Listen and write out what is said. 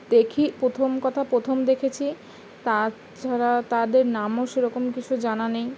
দেখি প্রথম কথা প্রথম দেখেছি তাছাড়া তাদের নামও সেরকম কিছু জানা নেই